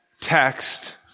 text